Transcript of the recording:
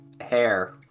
hair